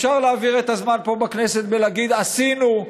אפשר להעביר את הזמן פה בכנסת בלהגיד: עשינו,